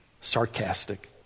sarcastic